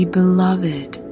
beloved